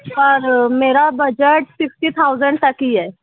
پر میرا budget fifty thousand تک ہی ہے